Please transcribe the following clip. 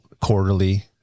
quarterly